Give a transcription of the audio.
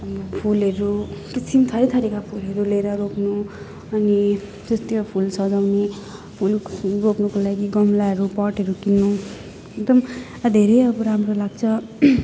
फुलहरू किसिम थरी थरीका फुलहरू ल्याएर अनि रोप्नु अनि त्यो फुल सजाउनु फुल रोप्नुको लागि गमलाहरू पटहरू किन्नु एकदम धेरै अब राम्रो लाग्छ